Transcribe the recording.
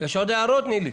יש הערות נוספות?